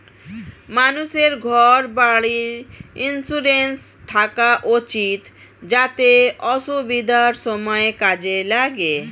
মানুষের ঘর বাড়ির ইন্সুরেন্স থাকা উচিত যাতে অসুবিধার সময়ে কাজে লাগে